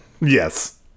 yes